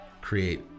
create